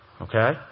Okay